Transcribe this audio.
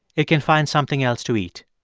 it can find something else to eat.